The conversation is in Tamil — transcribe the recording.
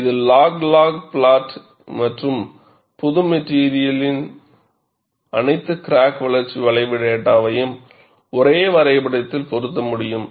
இது லாக் லாக் புளொட் மற்றும் ஒரு மெட்டிரியலின் அனைத்து கிராக் வளர்ச்சி வளைவு டேட்டாவையும் ஒரே வரைபடத்தில் பொருத்த முடியும்